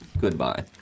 Goodbye